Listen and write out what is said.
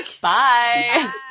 Bye